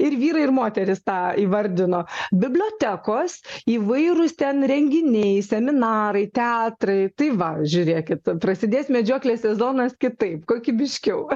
ir vyrai ir moterys tą įvardino bibliotekos įvairūs ten renginiai seminarai teatrai tai va žiūrėkit prasidės medžioklės sezonas kitaip kokybiškiau